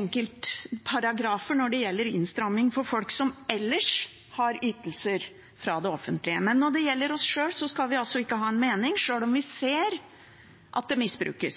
enkeltparagrafer når det gjelder innstramming for folk som ellers har ytelser fra det offentlige. Men når det gjelder oss sjøl, skal vi altså ikke ha en mening, sjøl om vi ser at det misbrukes.